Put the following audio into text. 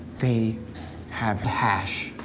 they have hash.